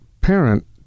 parent